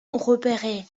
repérés